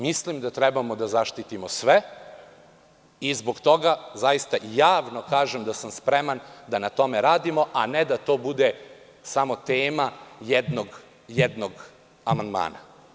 Mislim da treba da zaštitimo sve i zbog toga, zaista javno kažem, da sam spreman da na tome radimo a ne da to bude samo tema jednog amandmana.